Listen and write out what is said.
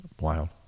Wild